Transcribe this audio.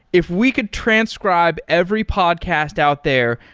if we could transcribe every podcast out there,